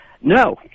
No